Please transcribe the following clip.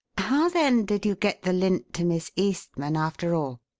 how, then, did you get the lint to miss eastman, after all?